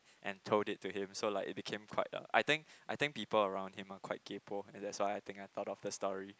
and told it to him so it became quite a I think I think people around him are quite kaypoh and that's why I think I thought of the story